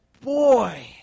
Boy